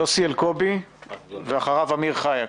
יוסי אלקובי ואחריו, אמיר חייק.